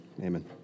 Amen